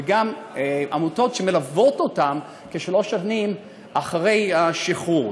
וגם עמותות שמלוות אותם כשלוש שנים אחרי השחרור.